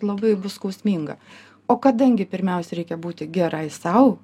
labai bus skausminga o kadangi pirmiausia reikia būti gerai sau